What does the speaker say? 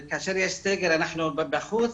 כאשר יש סגר אנחנו בחוץ,